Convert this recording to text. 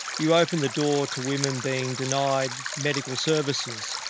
you open the door to women being denied medical services.